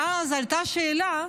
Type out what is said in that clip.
ואז עלתה השאלה: